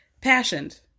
passioned